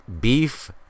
beef